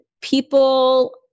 people